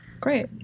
Great